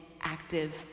active